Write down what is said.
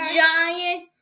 giant